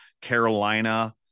Carolina